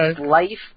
life